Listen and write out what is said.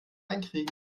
einkriegen